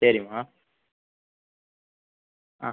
சரிம்மா ஆ